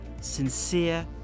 sincere